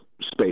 space